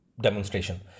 demonstration